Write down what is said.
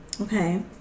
Okay